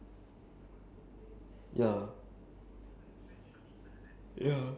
ya because since now I'm nearer to Ang-Mo-Kio I take from Ang-Mo-Kio ah